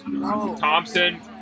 Thompson